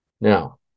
Now